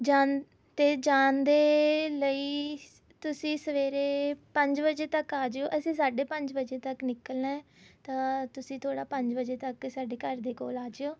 ਜਾਂ ਤਾਂ ਜਾਣ ਦੇ ਲਈ ਤੁਸੀਂ ਸਵੇਰੇ ਪੰਜ ਵਜ਼ੇ ਤੱਕ ਆ ਜਿਓ ਅਸੀਂ ਸਾਢੇ ਪੰਜ ਵਜ਼ੇ ਤੱਕ ਨਿਕਲਣਾ ਹੈ ਤਾਂ ਤੁਸੀਂ ਥੋੜ੍ਹਾ ਪੰਜ ਵਜ਼ੇ ਤੱਕ ਸਾਡੇ ਘਰ ਦੇ ਕੋਲ ਆ ਜਿਓ